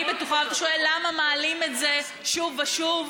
אני בטוחה, אתה שואל למה מעלים את זה שוב ושוב?